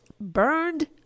Burned